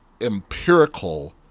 empirical